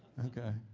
okay.